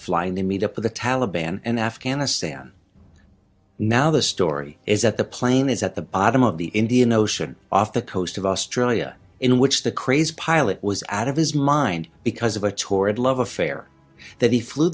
flying to meet up with the taliban and afghanistan now the story is that the plane is at the bottom of the indian ocean off the coast of australia in which the krays pilot was out of his mind because of a torrid love affair that he flew